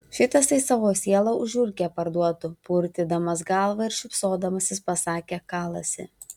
šitas tai savo sielą už žiurkę parduotų purtydamas galvą ir šypsodamasis pasakė kalasi